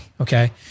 Okay